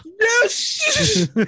Yes